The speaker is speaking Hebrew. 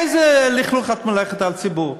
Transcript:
איזה לכלוך את מלכלכת על הציבור?